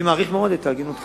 אני מאוד מעריך את הגינותך,